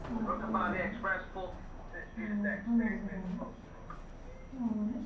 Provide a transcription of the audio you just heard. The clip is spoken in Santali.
ᱟᱹᱜᱩᱣᱟᱹᱧ ᱢᱮ ᱦᱚᱞᱚᱝ ᱜᱚᱰᱟ ᱨᱮ